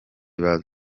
baza